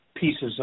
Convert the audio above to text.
pieces